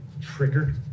triggered